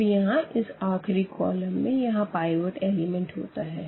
तब यहाँ इस आखिरी कॉलम में यहाँ पाइवट एलिमेंट होता है